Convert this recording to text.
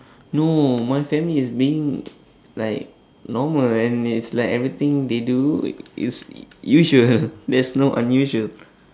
no my family is being like normal and it's like everything they do is usual there's no unusual